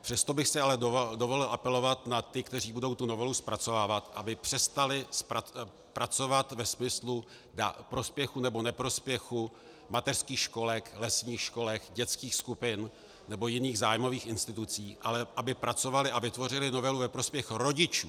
Přesto bych si ale dovolil apelovat na ty, kteří budou tu novelu zpracovávat, aby přestali pracovat ve smyslu prospěchu nebo neprospěchu mateřských školek, lesních školek, dětských skupin nebo jiných zájmových institucí, ale aby pracovali a vytvořili novelu ve prospěch rodičů.